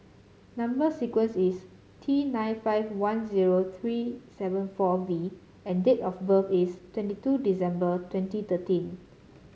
number sequence is T nine five one zero three seven four V and date of birth is twenty two December twenty thirteen